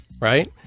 right